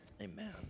Amen